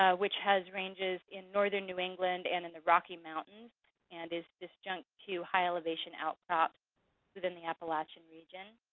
ah which has ranges in northern new england and in the rocky mountains and is disjunct to highelevation outcrops within the appalachian region.